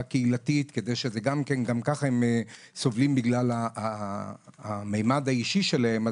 קהילתית כי גם ככה סובלים מהממד האישי שלהם,